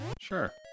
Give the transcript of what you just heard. Sure